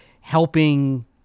helping